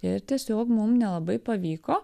ir tiesiog mum nelabai pavyko